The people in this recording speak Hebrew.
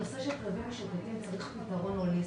הנושא של כלבים משוטטים צריך פתרון הוליסטי.